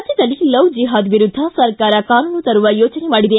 ರಾಜ್ಞದಲ್ಲಿ ಲವ್ ಜಿಹಾದ್ ವಿರುದ್ದ ಸರ್ಕಾರ ಕಾನೂನು ತರುವ ಯೋಚನೆ ಮಾಡಿದೆ